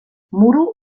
muro